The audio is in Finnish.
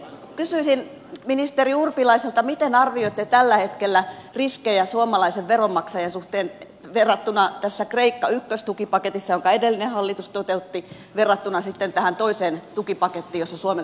kysyisin ministeri urpilaiselta miten arvioitte tällä hetkellä riskejä suomalaisen veronmaksajan suhteen kun verrataan kreikka ykköstukipakettia jonka edellinen hallitus toteutti toiseen tukipakettiin jossa suomen osalta on vakuudet